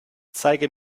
zeige